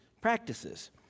practices